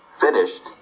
Finished